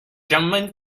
gentlemen